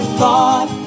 thought